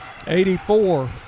84